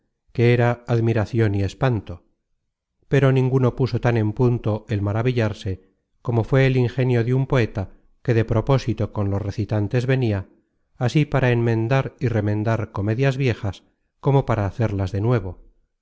que era admiracion y espanto pero ninguno puso tan en punto el maravillarse como fué el ingenio de un poeta que de propósito con los recitantes venia así para enmendar y remendar co content from google book search generated at medias viejas como para hacerlas de nuevo